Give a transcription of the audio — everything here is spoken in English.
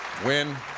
when